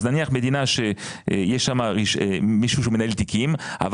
נניח מדינה שיש שם מישהו שהוא מנהל תיקים אבל